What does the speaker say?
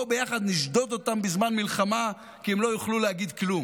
בואו ביחד נשדוד אותם בזמן מלחמה כי הם לא יוכלו להגיד כלום.